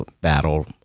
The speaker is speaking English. battle